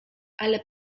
ale